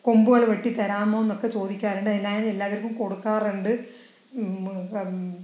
കൊമ്പുകൾ വെട്ടി തരാമോ എന്നൊക്കെ ചോദിക്കാറുണ്ട് ഞാൻ എല്ലാവർക്കും കൊടുക്കാറുണ്ട്